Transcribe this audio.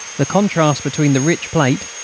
the contrast between the rich plate,